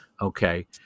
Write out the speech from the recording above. Okay